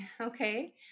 Okay